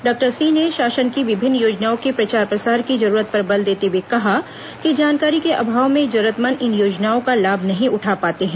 doctor Singh ने शासन की विभिन्न ्योजनाओं के प्रचार प्रसार की जरूरत पर बल देते हुए कहा कि जानकारी के अभाव में जरूरतमंद इन योजनाओं का लाभ नहीं उठा पाते हैं